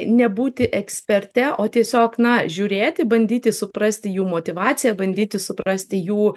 ne būti eksperte o tiesiog na žiūrėti bandyti suprasti jų motyvaciją bandyti suprasti jų